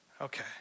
Okay